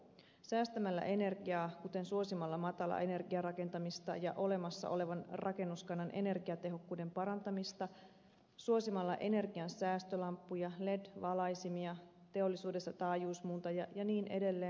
säästämällä energiaa kuten suosimalla matalaenergiarakentamista ja olemassaolevan rakennuskannan energiatehokkuuden parantamista suosimalla energiansäästölamppuja led valaisimia teollisuudessa taajuusmuuntajia ja niin edelleen